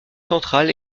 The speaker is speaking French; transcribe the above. central